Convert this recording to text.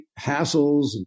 hassles